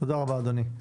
תודה רבה אדוני.